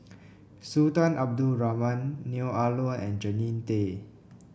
Sultan Abdul Rahman Neo Ah Luan and Jannie Tay